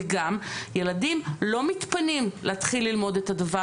וגם ילדים לא מתפנים להתחיל ללמוד את הדבר